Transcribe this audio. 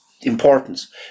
importance